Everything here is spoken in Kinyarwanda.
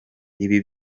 ibi